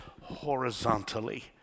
horizontally